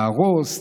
להרוס,